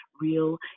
real